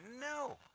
No